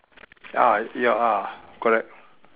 uh ya ah correct